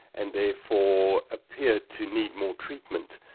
and therefore appeared to need more treatment,